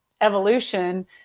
evolution